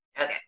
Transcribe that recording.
Okay